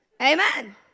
Amen